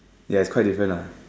ya it's quite different lah